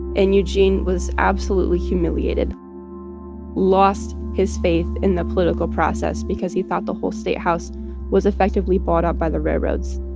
and eugene was absolutely humiliated lost his faith in the political process because he thought the whole state house was effectively bought out by the railroads.